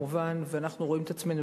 ואנחנו רואים את עצמנו,